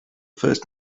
first